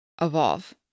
evolve